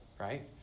right